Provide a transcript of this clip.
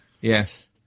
Yes